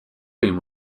cream